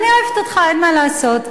אני אוהבת אותך, ואין מה לעשות,